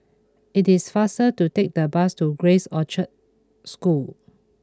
it is faster to take the bus to Grace Orchard School